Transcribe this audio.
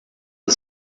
the